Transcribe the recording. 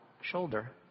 shoulder